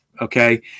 Okay